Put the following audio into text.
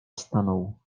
stanął